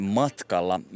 matkalla